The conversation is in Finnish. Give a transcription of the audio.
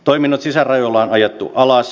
toiminnot sisärajoilla on ajettu alas